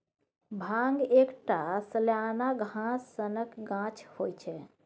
भांग एकटा सलियाना घास सनक गाछ होइ छै